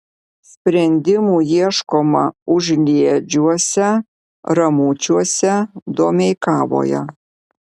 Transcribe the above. sprendimų ieškoma užliedžiuose ramučiuose domeikavoje